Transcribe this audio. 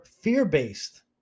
fear-based